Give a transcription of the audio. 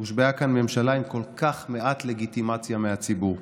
הושבעה כאן ממשלה עם כל כך מעט לגיטימציה מהציבור.